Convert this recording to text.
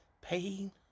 pain